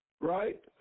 right